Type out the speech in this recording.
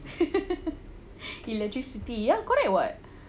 electricity ya correct [what]